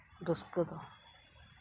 ᱨᱟᱹᱥᱠᱟᱹ ᱫᱚ